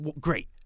great